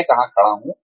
मैं कहां खड़ा हूं